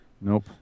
Nope